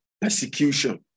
persecution